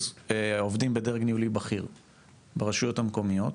בדרג ניהולי בכיר ברשויות המקומיות,